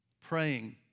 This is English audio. Praying